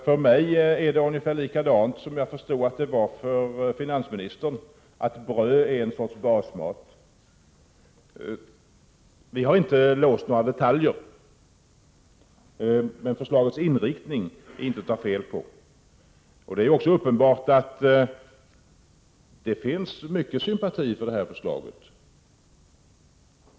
För mig är det ungefär på samma sätt som för finansministern, nämligen att bröd är en sorts basmat. Vi har inte låst oss för några detaljer. Men förslagets inriktning är inte att ta fel på. Det är också uppenbart att det finns många sympatier för detta förslag.